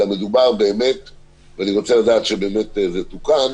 ואני רוצה לדעת שבאמת זה תוקן.